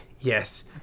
Yes